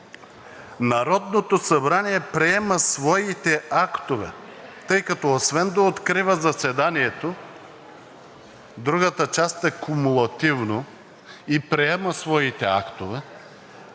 Народното събрание приема своите актове, тъй като освен да открива заседанието, другата част е кумулативно и приема своите актове,